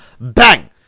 Bang